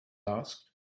asked